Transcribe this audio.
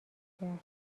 کرد